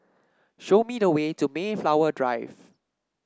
show me the way to Mayflower Drive